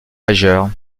majeurs